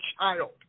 child